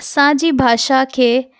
असांजी भाषा खे